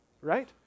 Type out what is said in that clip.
right